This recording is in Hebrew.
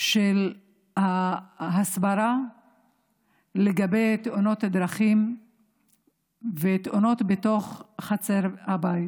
של ההסברה לגבי תאונות הדרכים ותאונות בתוך חצר הבית.